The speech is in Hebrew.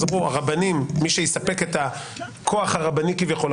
אז אמרו שמי שיספק את הכוח הרבני כביכול,